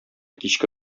кичке